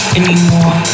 anymore